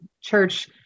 church